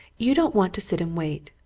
you don't want to sit and wait.